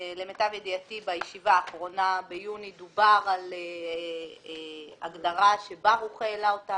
למיטב ידיעתי בישיבה האחרונה ביוני דובר על הגדרה שברוך העלה אותה,